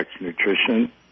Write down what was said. nutrition